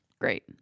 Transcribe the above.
Great